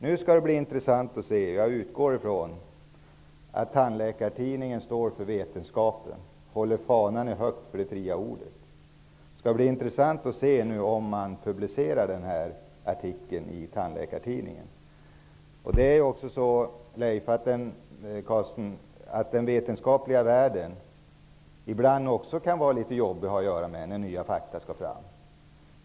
Det skall nu bli intressant att se om Tandläkartidningen, som står för vetenskapen och skall hålla det fria ordets fana högt, publicerar en artikel om detta. Den vetenskapliga världen kan ibland, Leif Carlson, vara litet jobbig när nya fakta skall fram.